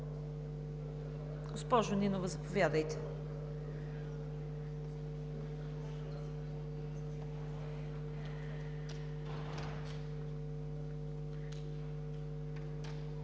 Госпожо Нинова, заповядайте.